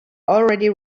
already